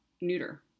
neuter